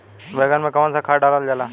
बैंगन में कवन सा खाद डालल जाला?